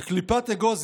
"בקליפת אגוז,